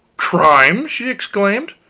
crime! she exclaimed.